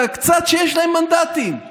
את קצת המנדטים שיש להם.